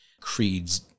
Creed's